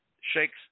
Shakes